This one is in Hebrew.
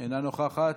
אינה נוכחת.